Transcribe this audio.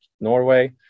Norway